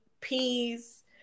peace